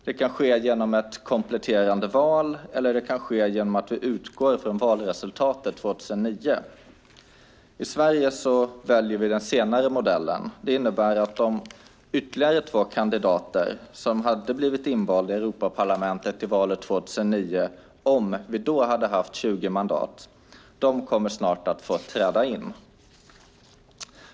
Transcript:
Det kan ske genom ett kompletterande val eller genom att vi utgår från valresultatet 2009. I Sverige väljer vi den senare modellen. Det innebär att de ytterligare två kandidater som hade blivit invalda i Europaparlamentet vid valet 2009 om vi då hade haft 20 mandat snart kommer att få träda in.